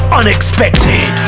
unexpected